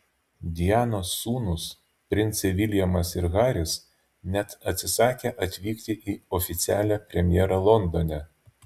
dianos sūnūs princai viljamas ir haris net atsisakė atvykti į oficialią premjerą londone